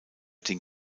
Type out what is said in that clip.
den